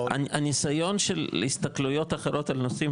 הניסיון של הסתכלויות אחרות על נושאים